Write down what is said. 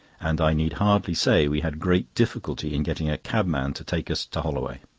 and i need hardly say we had great difficulty in getting a cabman to take us to holloway.